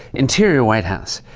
interior white house.